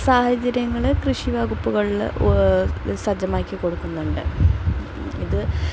സാഹചര്യങ്ങൾ കൃഷി വകുപ്പുകളിൽ സജ്ജമാക്കിക്കൊടുക്കുന്നുണ്ട് ഇത്